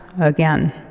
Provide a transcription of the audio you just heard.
again